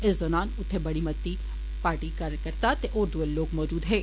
इस दौरान उत्थे बड़े मते पार्टी कारजकर्ता ते होर दुए लोक मौजूद हे